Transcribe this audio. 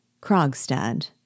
Krogstad